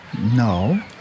No